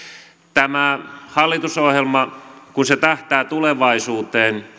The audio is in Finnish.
tämä hallitusohjelma kun se tähtää tulevaisuuteen